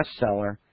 bestseller